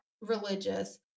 religious